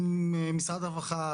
עם משרד הרווחה,